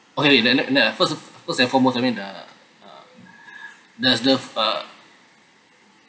okay then and then uh first first and foremost I mean uh uh there's the uh